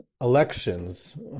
elections